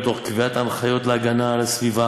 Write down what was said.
ותוך קביעת הנחיות להגנה על הסביבה